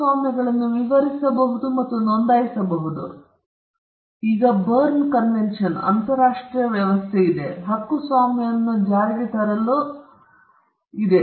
ಹಕ್ಕುಸ್ವಾಮ್ಯಗಳನ್ನು ವಿವರಿಸಬಹುದು ಮತ್ತು ಅವುಗಳನ್ನು ನೋಂದಾಯಿಸಬಹುದು ಆದರೆ ಬರ್ನ್ ಕನ್ವೆನ್ಷನ್ಗೆ ಅಂತರರಾಷ್ಟ್ರೀಯ ವ್ಯವಸ್ಥೆಯು ಕರೆದೊಯ್ಯುವುದರಿಂದ ಹಕ್ಕುಸ್ವಾಮ್ಯವನ್ನು ಜಾರಿಗೆ ತರಲು ಅದು ಅನಿವಾರ್ಯವಲ್ಲ